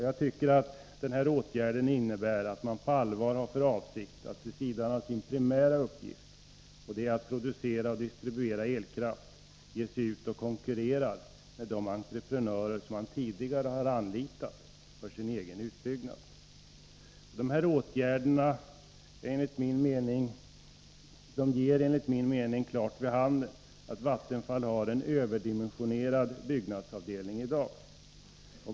Jag tycker att den här åtgärden innebär att man på allvar har för avsikt att vid sidan av sin primära uppgift — att producera och distribuera elkraft — ge sig ut och konkurrera med de entreprenörer som man tidigare har anlitat för den egna utbyggnaden. De här åtgärderna ger enligt min mening klart vid handen att Vattenfall i dag har en överdimensionerad byggnadsavdelning.